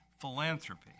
philanthropy